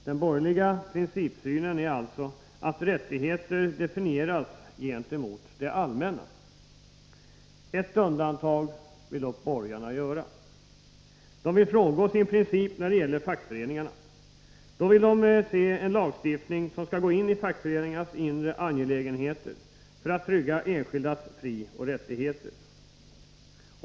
Den borgerliga principsynen är alltså att rättigheter definieras gentemot det allmänna. Ett undantag vill dock borgarna göra. De vill frångå sin princip när det gäller fackföreningarna. Då vill de se en lagstiftning som går in i fackföreningarnas inre angelägenheter för att trygga enskildas frioch rättigheter.